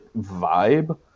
vibe